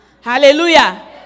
Hallelujah